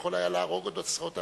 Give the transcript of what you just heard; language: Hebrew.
שיכול היה להרוג עוד עשרות אנשים.